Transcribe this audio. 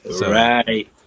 Right